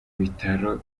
bitaro